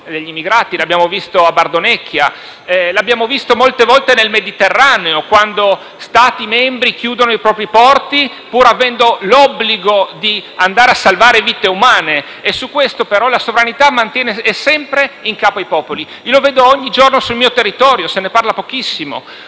gli immigrati; l'abbiamo visto a Bardonecchia; l'abbiamo visto molte volte nel Mediterraneo, quando Stati membri chiudono i propri porti pur avendo l'obbligo di andare a salvare vite umane. Su questo però la sovranità è sempre in capo ai popoli. E lo vedo ogni giorno sul mio territorio: se ne parla pochissimo,